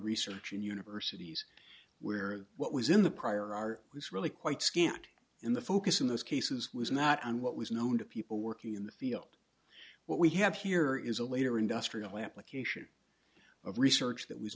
research in universities where what was in the prior art was really quite scanty in the focus in those cases was not on what was known to people working in the field what we have here is a later industrial application of research that w